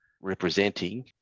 representing